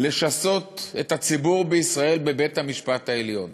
לשסות את הציבור בישראל בבית-המשפט העליון,